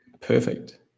Perfect